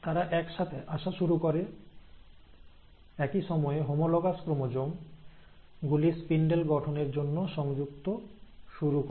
তারা একসাথে আসা শুরু করে একই সময়ে হোমোলোগাস ক্রোমোজোম গুলি স্পিন্ডেল গঠনের জন্য সংযুক্ত শুরু করে